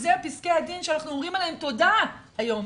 ואלה פסקי הדין שאנחנו אומרים עליהם 'תודה' היום.